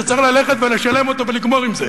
שצריך ללכת ולשלם אותו ולגמור עם זה.